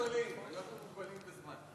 אנחנו מוגבלים, אנחנו מוגבלים בזמן.